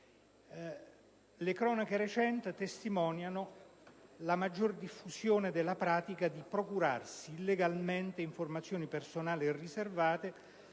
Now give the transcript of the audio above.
Le cronache recenti testimoniano la sempre maggior diffusione della pratica di procurarsi illegalmente informazioni personali e riservate